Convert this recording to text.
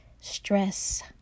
stress